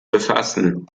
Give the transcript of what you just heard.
befassen